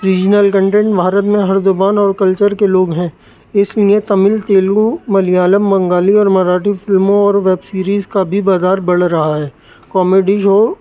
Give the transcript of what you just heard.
regional content Bharat میں ہر زبان اور کلچر کے لوگ ہیں اس لیے تمل تیلگو ملیالم بنگالی اور مراٹھی فلموں اور ویب سیریز کا بھی بازار بڑھ رہا ہے کامیڈی شو